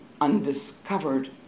undiscovered